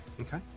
Okay